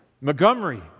Montgomery